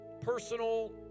personal